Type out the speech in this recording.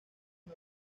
una